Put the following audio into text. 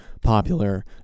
popular